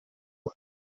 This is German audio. und